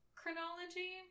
chronology